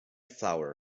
flower